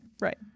right